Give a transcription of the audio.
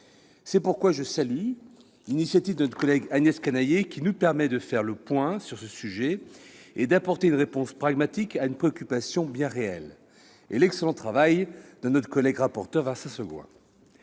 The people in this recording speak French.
C'est pourquoi je salue l'initiative de notre collègue Agnès Canayer, qui nous permet de faire le point sur ce sujet et d'apporter une réponse pragmatique à une préoccupation bien réelle. Je salue également l'excellent travail de notre collègue rapporteur, Vincent Segouin.